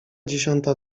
dziesiąta